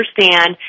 understand